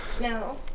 No